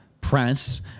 press